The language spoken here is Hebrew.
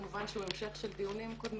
דיון שהוא המשך לדיונים קודמים